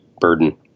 burden